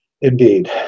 indeed